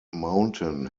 mountain